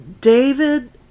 David